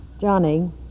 Johnny